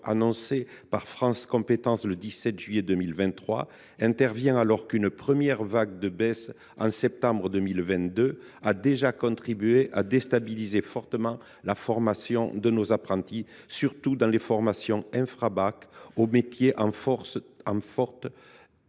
annoncée par France Compétences le 17 juillet 2023, intervient alors qu’une première vague de baisses en septembre 2022 a déjà contribué à déstabiliser fortement la formation de nos apprentis, surtout pour les formations infra bac aux métiers en tension.